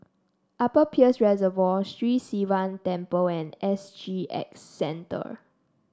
Upper Peirce Reservoir Sri Sivan Temple and S G X Centre